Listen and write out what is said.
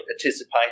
participate